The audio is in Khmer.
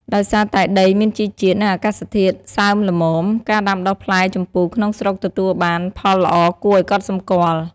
ដោយសារតែដីមានជីជាតិ និងអាកាសធាតុសើមល្មម ការដាំដុះផ្លែជម្ពូក្នុងស្រុកទទួលបានផលល្អគួរឱ្យកត់សម្គាល់។